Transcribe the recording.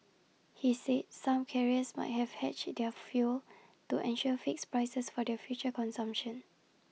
he said some carriers might have hedged their fuel to ensure fixed prices for their future consumption